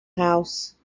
house